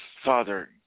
Father